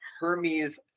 hermes